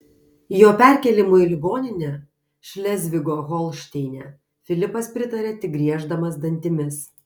jo perkėlimui į ligoninę šlezvigo holšteine filipas pritarė tik grieždamas dantimis